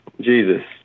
Jesus